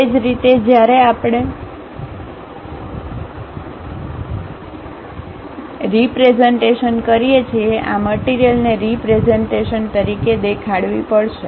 એ જ રીતે જ્યારે આપણે રીપ્રેઝન્ટેશનકરીએ છીએ આ મટીરીયલને રીપ્રેઝન્ટેશન તરીકે દેખાડવિ પડશે